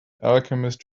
alchemist